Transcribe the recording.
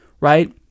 right